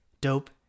Dope